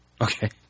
Okay